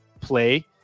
play